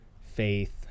faith